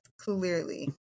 Clearly